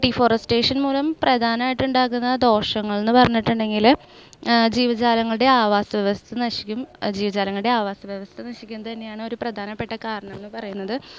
deforestation മൂലം പ്രധാനമായിട്ടുണ്ടാകുന്ന ദോഷങ്ങൾ എന്ന് പറഞ്ഞിട്ടുണ്ടെങ്കിൽ ജീവജാലങ്ങളുടെ ആവാസ വ്യവസ്ഥ നശിക്കും ജീവജാലങ്ങളുടെ ആവാസ വ്യവസ്ഥ നശിക്കുന്നത് തന്നെയാണ് ഒരു പ്രധാനപ്പെട്ട കാരണം എന്ന് പറയുന്നത്